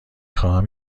خواهم